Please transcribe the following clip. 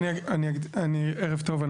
ערב טוב.